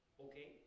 okay